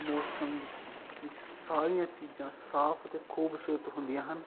ਮੌਸਮ ਵਿਚ ਸਾਰੀਆਂ ਚੀਜ਼ਾਂ ਸਾਫ ਤੇ ਖੂਬਸੂਰਤ ਹੁੰਦੀਆਂ ਹਨ